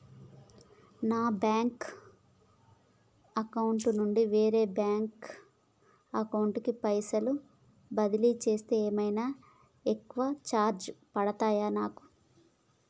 నా bank account నుండి వేరే బ్యాంక్ అకౌంట్ కి పైసల్ బదిలీ చేస్తే ఏమైనా ఎక్కువ చార్జెస్ పడ్తయా నాకు?